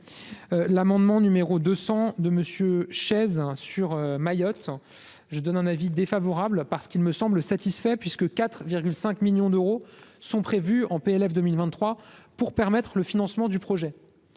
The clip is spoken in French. l'amendement numéro 200 de monsieur chaises sur Mayotte, je donne un avis défavorable, parce qu'il me semble satisfait puisque 4 à 5 millions d'euros sont prévus en PLF 2023 pour permettre le financement du projet